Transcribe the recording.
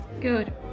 good